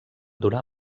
durar